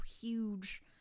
huge